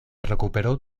recuperó